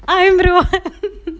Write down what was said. I'm the one